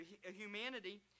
humanity